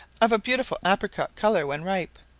of a beautiful apricot colour when ripe,